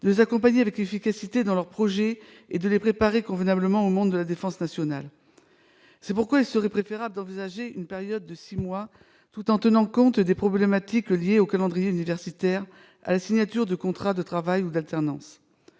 de les accompagner avec efficacité dans leurs projets et de les préparer convenablement au monde de la défense nationale. C'est pourquoi il serait préférable d'envisager une période de six mois, tout en tenant compte des problématiques liées au calendrier universitaire, à la signature de contrats de travail ou d'alternance.